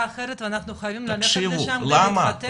אחרת אנחנו חייבים ללכת לשם כדי להתחתן.